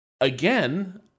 again